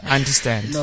understand